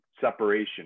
separation